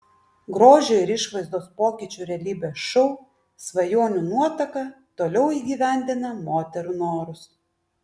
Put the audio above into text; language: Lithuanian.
grožio ir išvaizdos pokyčių realybės šou svajonių nuotaka toliau įgyvendina moterų norus